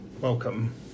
Welcome